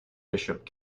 bishop